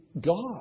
God